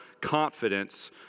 confidence